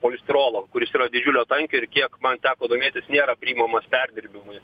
polistirolo kuris yra didžiulio tankio ir kiek man teko domėtis nėra priimamas perdirbimui